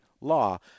law